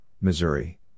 Missouri